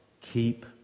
keep